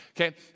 Okay